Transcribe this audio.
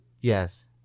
Yes